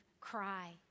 cry